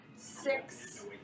Six